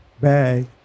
Bag